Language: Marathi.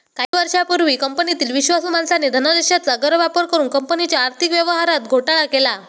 काही वर्षांपूर्वी कंपनीतील विश्वासू माणसाने धनादेशाचा गैरवापर करुन कंपनीच्या आर्थिक व्यवहारात घोटाळा केला